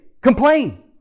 complain